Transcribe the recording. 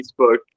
facebook